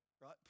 right